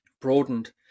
broadened